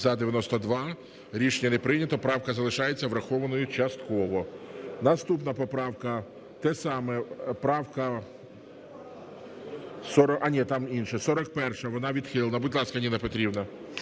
За-92 Рішення не прийнято. Правка залишається врахованою частково. Наступна поправка - те саме, правка... А ні, там інше. 41-а. Вона відхилена. Будь ласка, Ніна Петрівна.